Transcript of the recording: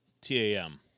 TAM